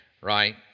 right